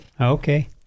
Okay